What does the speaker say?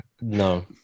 no